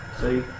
see